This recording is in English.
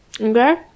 Okay